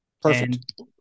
Perfect